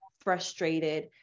frustrated